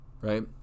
right